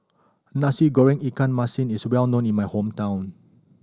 Nasi Goreng ikan masin is well known in my hometown